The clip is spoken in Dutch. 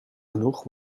genoeg